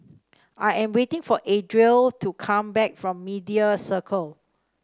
I am waiting for Adriel to come back from Media Circle